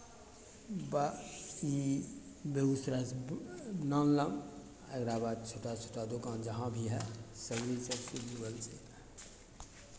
बात ई बेगूसरायसँ नानलहुँ एकरा बाद छोटा छोटा दोकान जहाँ भी हए सभी इसभसँ जुड़ल छै